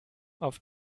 auf